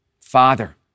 Father